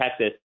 Texas